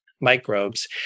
microbes